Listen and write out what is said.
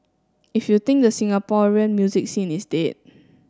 if you think the Singaporean music scene is dead